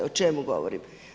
O čemu govorim?